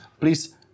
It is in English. Please